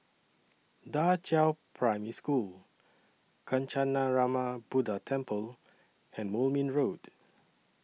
DA Qiao Primary School Kancanarama Buddha Temple and Moulmein Road